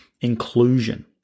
inclusion